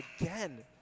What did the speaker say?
again